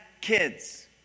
kids